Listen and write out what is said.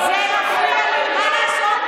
על מה נתפסתם?